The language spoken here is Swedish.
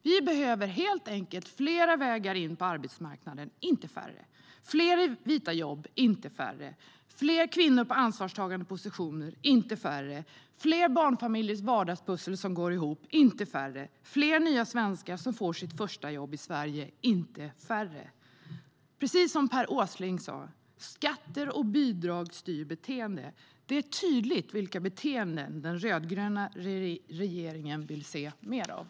Vi behöver helt enkelt fler vägar in på arbetsmarknaden, inte färre, fler vita jobb, inte färre, fler kvinnor på ansvarstagande positioner, inte färre, fler barnfamiljers vardagspussel som går ihop, inte färre, och fler nya svenskar som får sitt första jobb i Sverige, inte färre!